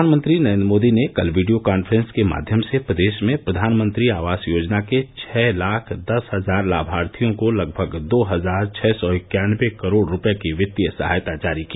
प्रधानमंत्री नरेन्द्र मोदी ने कल वीडियो कॉन्फ्रेंस के माध्यम से प्रदेश में प्रधानमंत्री आवास योजना के छह लाख दस हजार लामार्थियों को लगभग दो हजार छः सौ इक्यानबे करोड़ रुपये की वित्तीय सहायता जारी की